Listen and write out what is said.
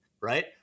right